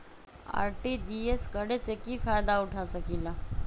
RTGS करे से की फायदा उठा सकीला?